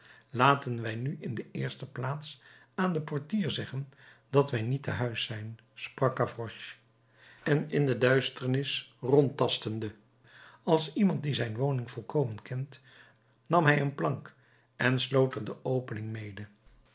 laten wij nu in de eerste plaats aan den portier zeggen dat wij niet te huis zijn sprak gavroche en in de duisternis rondtastende als iemand die zijn woning volkomen kent nam hij een plank en sloot er de opening mede